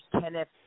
Kenneth